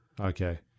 Okay